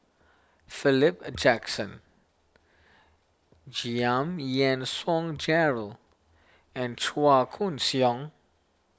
Philip Jackson Giam Yean Song Gerald and Chua Koon Siong